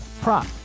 prop